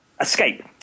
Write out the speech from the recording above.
escape